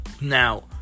Now